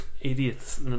idiots